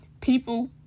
People